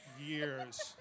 Years